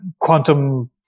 quantum